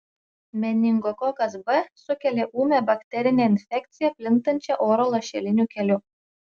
meningokokas b sukelia ūmią bakterinę infekciją plintančią oro lašeliniu keliu